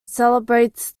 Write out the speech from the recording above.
celebrates